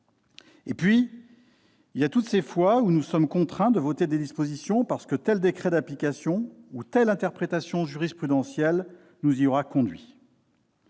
Puis, il y a toutes ces fois où nous sommes contraints de voter des dispositions parce que tel décret d'application ou telle interprétation jurisprudentielle nous y aura conduits.